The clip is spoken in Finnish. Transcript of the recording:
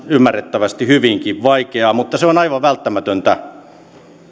ymmärrettävästi hyvinkin vaikeaa mutta se on aivan välttämätöntä